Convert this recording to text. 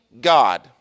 God